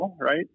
right